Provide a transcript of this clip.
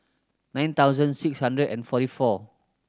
nine thousand six hundred and forty four